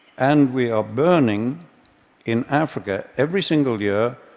and we are burning in africa, every single year,